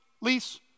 lease